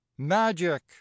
Magic